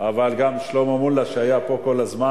אבל גם שלמה מולה, שהיה פה כל הזמן.